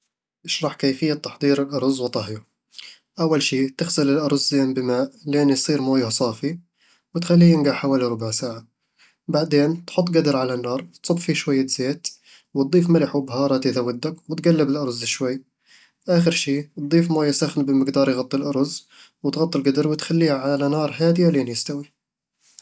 اشرح كيفية تحضير الأرز وطهيه أول شي، تغسل الأرز زين بالماء لين يصير مويه صافي، وتخلّيه ينقع حوالي ربع ساعة بعدين، تحط قدر على النار، تصب فيه شوي زيت، وتضيف ملح وبهارات إذا ودّك، وتقلّب الأرز شوي آخر شي، تضيف مويه ساخنة بمقدار يغطي الأرز، وتغطّي القدر وتخليه على نار هادية لين يستوي